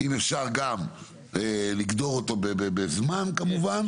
אם אפשר גם לגדור אותו בזמן, כמובן.